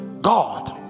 God